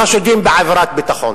בחשודים בעבירת ביטחון.